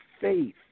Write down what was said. faith